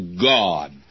God